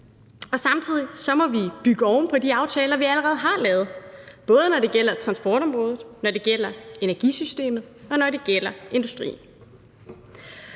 Samtidig må vi bygge oven på de aftaler, vi allerede har lavet, både når det gælder transportområdet, når det gælder